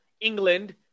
England